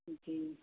जी